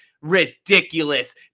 ridiculous